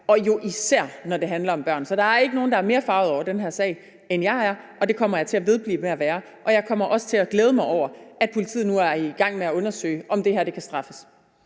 og jo især, når det handler om børn. Så der er ikke nogen, der er mere forarget over den her sag, end jeg er, og det kommer jeg til at vedblive med at være. Jeg kommer også til at glæde mig over, at politiet nu er i gang med at undersøge, om det her kan straffes.